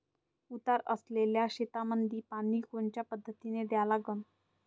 उतार असलेल्या शेतामंदी पानी कोनच्या पद्धतीने द्या लागन?